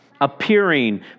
appearing